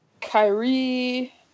Kyrie